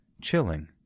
chilling